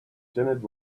janet